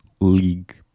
League